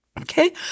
Okay